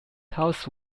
house